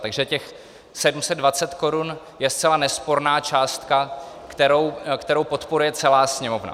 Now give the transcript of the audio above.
Takže těch 720 korun je zcela nesporná částka, kterou podporuje celá Sněmovna.